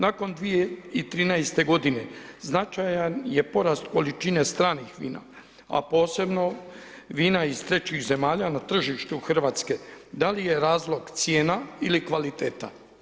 Nakon 2013. g. značajan je porast količine stranih vina, a posebno vina iz 3 zemalja na tržištu Hrvatske, da li je razlog cijena ili kvaliteta?